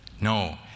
No